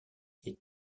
est